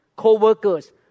co-workers